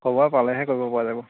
খবৰ পালেহে কৰিবপৰা যাব